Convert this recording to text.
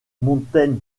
mountain